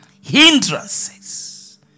hindrances